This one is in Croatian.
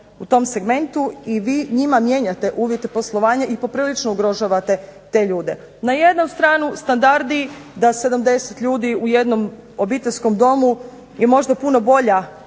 u tom segmentu i vi njima mijenjate uvjete poslovanja i poprilično ugrožavate te ljude. Na jednu stranu standardi da 70 ljudi u jednom obiteljskom domu je možda puno bolja